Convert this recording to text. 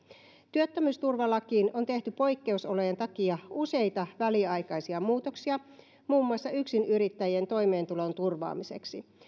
työttömyysturvalakiin on tehty poikkeusolojen takia useita väliaikaisia muutoksia muun muassa yksinyrittäjien toimeentulon turvaamiseksi